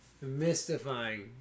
mystifying